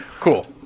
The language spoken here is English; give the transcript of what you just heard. Cool